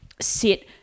sit